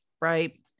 right